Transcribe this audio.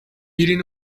eating